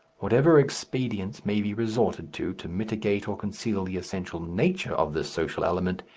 whatever expedients may be resorted to, to mitigate or conceal the essential nature of this social element,